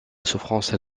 souffrance